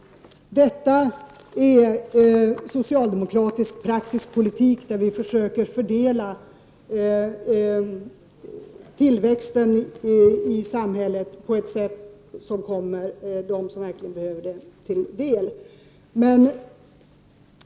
Detta är praktisk socialdemokratisk politik, med vilken vi försöker fördela tillväxten i samhället på ett sätt som kommer dem som verkligen behöver det till del.